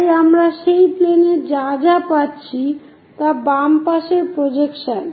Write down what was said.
তাই আমরা সেই প্লেনে যা যা পাচ্ছি তা বাম পাশের প্রজেকশন